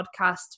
podcast